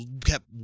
kept